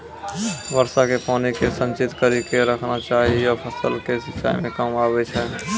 वर्षा के पानी के संचित कड़ी के रखना चाहियौ फ़सल के सिंचाई मे काम आबै छै?